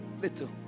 little